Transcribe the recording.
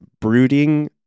brooding